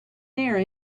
there